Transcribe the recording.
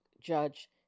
Judge